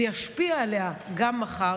זה ישפיע עליה גם מחר.